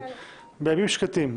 בימים שקטים,